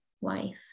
wife